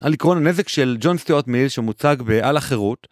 על עקרון הנזק של ג'ון סטיוטארטמיל שמוצג ב״על החירות״